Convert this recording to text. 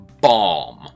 bomb